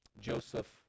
Joseph